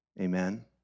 Amen